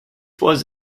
was